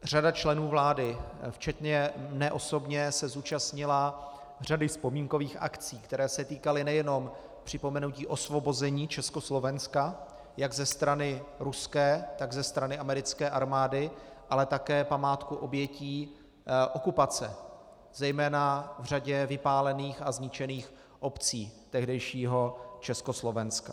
Řada členů vlády, včetně mě osobně, se zúčastnila řady vzpomínkových akcí, které se týkaly nejenom připomenutí osvobození Československa jak ze strany ruské, tak ze strany americké armády, ale také památku obětí okupace, zejména v řadě vypálených a zničených obcí tehdejšího Československa.